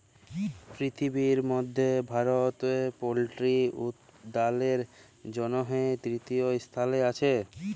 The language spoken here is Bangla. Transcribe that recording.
পিরথিবির মধ্যে ভারতে পল্ট্রি উপাদালের জনহে তৃতীয় স্থালে আসে